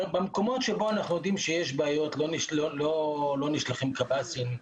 במקומות שבהם אנחנו יודעים שיש בעיות לא נשלחים קב"סים,